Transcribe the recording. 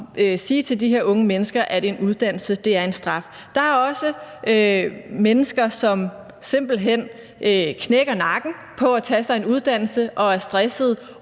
sige til de her unge mennesker, at en uddannelse er en straf. Der er også mennesker, som simpelt hen knækker nakken på at tage sig en uddannelse og er stressede